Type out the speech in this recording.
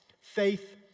Faith